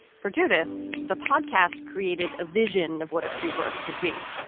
for judith, the podcast created a vision of what a free birth could be,